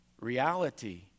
Reality